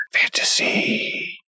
Fantasy